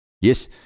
Yes